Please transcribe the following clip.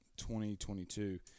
2022